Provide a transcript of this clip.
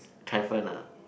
ah